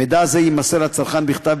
מידע זה יימסר לצרכן בכתב,